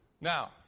Now